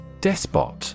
Despot